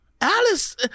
Alice